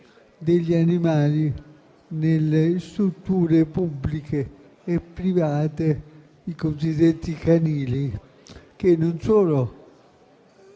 degli animali nelle strutture pubbliche e private, i cosiddetti canili, che non solo